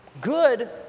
Good